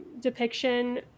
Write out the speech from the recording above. depiction